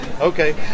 okay